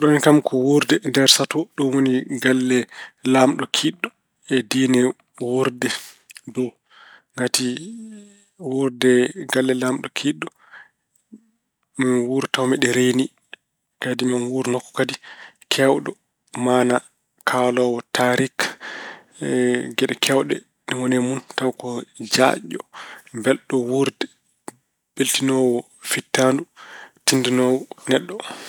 Ɓurani kam ko wuurde nder sato, ɗum woni galle laamɗo kiiɗɗo e diine wuurde dow. Ngati wuurde galle laamɗo kiiɗɗo maa mi wuur tawa mbeɗa reeni. Kadi maa mi wuur nokku kadi keewɗo maana, kaaloowo taarik e geɗe keewɗe ɗe ngoni mun tawa ko nokku jaajɗo, belɗo wuurde, mbeltinoowo fittaandu, tinndinoowo neɗɗo.